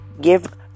Give